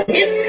Miss